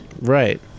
right